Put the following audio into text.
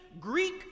Greek